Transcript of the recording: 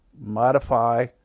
modify